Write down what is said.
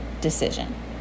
decision